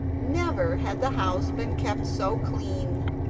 never had the house been kept so clean,